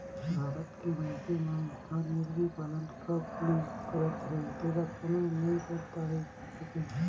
भारत के मइनसे मन हर मुरगी पालन कब ले करत हे तेला कोनो नइ बताय सके